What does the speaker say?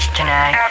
tonight